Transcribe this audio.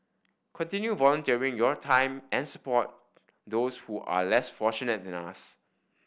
continue volunteering your time and support those who are less fortunate than us